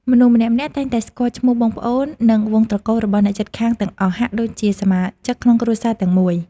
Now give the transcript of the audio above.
មនុស្សម្នាក់ៗតែងតែស្គាល់ឈ្មោះបងប្អូន និងវង្សត្រកូលរបស់អ្នកជិតខាងទាំងអស់ ហាក់ដូចជាសមាជិកក្នុងគ្រួសារតែមួយ។